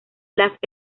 las